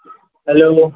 hello